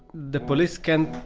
the police can't,